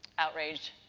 outrage.